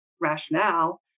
rationale